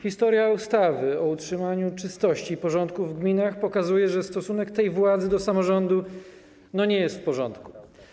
Historia ustawy o utrzymaniu czystości i porządku w gminach pokazuje, że stosunek tej władzy do samorządu nie jest w porządku.